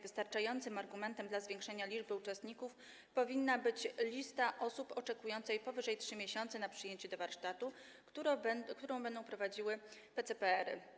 Wystarczającym argumentem za zwiększeniem liczby uczestników powinna być lista osób oczekujących powyżej 3 miesięcy na przyjęcie do warsztatu, którą będą prowadziły PCPR-y.